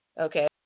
Okay